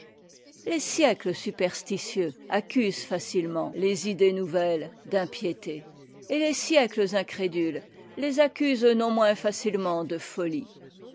les siècles superstitieux accusent facilement les opinions nouvelles d'impiété et les siècles incrédules les accusent non moins facilement de folie